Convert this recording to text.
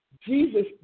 Jesus